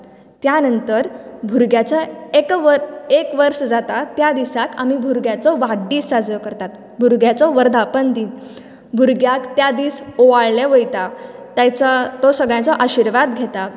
त्या नंतर भुरग्याचो एक वर्स एक वर्स जाता त्या दिसांक आनी भुरग्याचो वाडदीस साजरो करतात भुरग्याचो वर्धापन दीन भुरग्यांक त्या दीस ओंवाळलें वयता त्याचो तो सगळ्याचो आशिर्वाद घेता